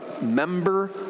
member